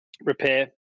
repair